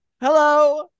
Hello